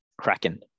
Kraken